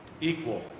Equal